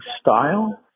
style